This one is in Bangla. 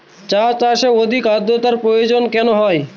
চা চাষে অধিক আদ্রর্তার প্রয়োজন কেন হয়?